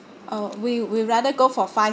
oh we we rather go for five